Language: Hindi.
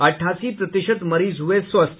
अठासी प्रतिशत मरीज हुये स्वस्थ